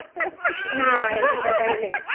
ના એવું તો કાંઇ નથી